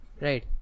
right